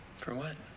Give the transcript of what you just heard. for what?